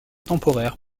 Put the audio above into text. temporaires